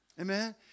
Amen